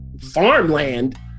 farmland